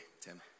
Tim